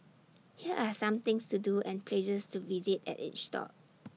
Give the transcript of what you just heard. here are some things to do and places to visit at each stop